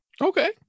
Okay